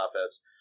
Office